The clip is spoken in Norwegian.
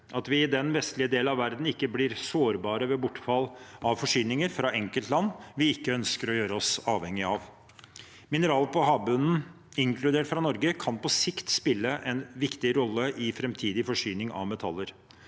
at vi i den vestlige del av verden ikke blir sårbare ved bortfall av forsyninger fra enkeltland vi ikke ønsker å gjøre oss avhengige av. Mineraler på havbunnen, inkludert fra Norge, kan på sikt spille en viktig rolle i framtidig forsyning av metaller.